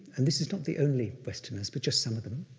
and this is not the only westerners, but just some of them,